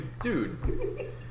Dude